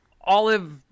Olive